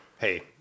Hey